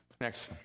Next